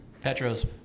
Petro's